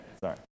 Sorry